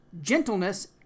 gentleness